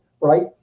right